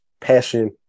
passion